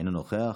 אינו נוכח,